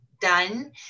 done